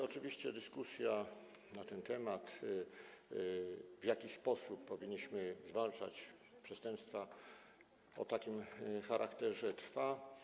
Oczywiście dyskusja na temat tego, w jaki sposób powinniśmy zwalczać przestępstwa o takim charakterze, trwa.